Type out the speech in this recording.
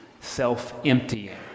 self-emptying